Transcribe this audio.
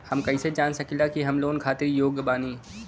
हम कईसे जान सकिला कि हम लोन खातिर योग्य बानी?